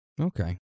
Okay